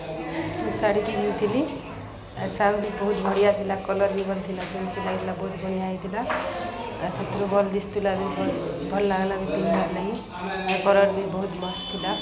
ମୁଁ ଶାଢ଼ୀଟି କିଣିଥିଲି ଆଉ ସାଉ ବି ବହୁତ ବଢ଼ିଆ ଥିଲା କଲର୍ ବି ଭଲ୍ ଥିଲା ଚୁମକି ଲାଗିଥିଲା ବହୁତ ବଢ଼ିଁଆ ହେଇଥିଲା ଆଉ ସେଥିରୁ ଭଲ୍ ଦିସ୍ଥିଲା ବି ବହୁତ ଭଲ ଲାଗ୍ଲା ବି ପିନ୍ଧ୍ବାର ଲାଗିଁ ଆଏ କଲର୍ ବି ବହୁତ ମସ୍ତ୍ ଥିଲା